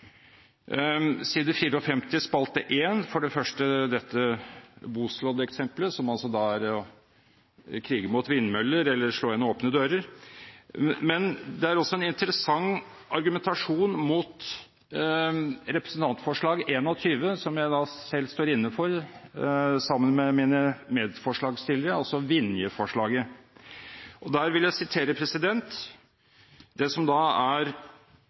side 54, spalte 1, som altså er å krige mot vindmøller eller slå inn åpne dører – men det er også en interessant argumentasjon mot representantforslag 21, som jeg selv står inne for sammen med mine medforslagsstillere, altså Vinje-forslaget. Der vil jeg sitere det som er